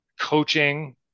coaching